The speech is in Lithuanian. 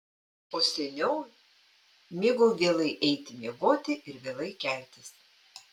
o seniau mėgau vėlai eiti miegoti ir vėlai keltis